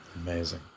Amazing